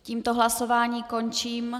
Tímto hlasování končím.